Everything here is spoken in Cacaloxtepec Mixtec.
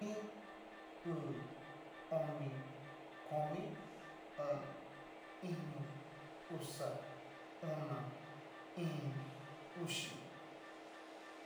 Iin, uu, oni, komi, o'on, iño, uxa, ona, íín, uxi.